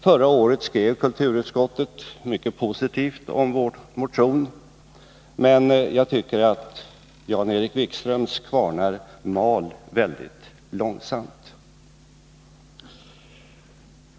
Förra året skrev kulturutskottet mycket positivt om vår motion, men jag tycker att Jan-Erik Wikströms kvarnar mal väldigt långsamt.